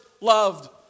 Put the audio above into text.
loved